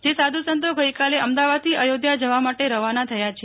જે સાધુ સંતો ગઈકાલે અમદાવાદથી અયોધ્યા જવા માટે રવાના થયા છે